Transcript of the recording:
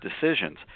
decisions